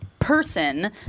Person